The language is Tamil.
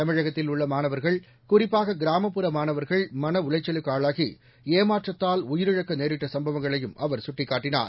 தமிழகதில் உள்ள மாணவர்கள் குறிப்பாக கிராமப்புற மாணவர்கள் மனஉளைச்சலுக்கு ஆளாகி ஏமாற்றத்தால் உயிரிழக்க நேரிட்ட சம்பவங்களையும் அவர் சுட்டிக்காட்டினார்